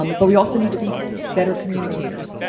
um but we also need to be better communicators.